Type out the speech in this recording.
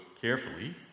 carefully